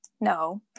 no